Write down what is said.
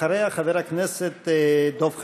אחריה, חבר הכנסת דב חנין.